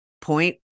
point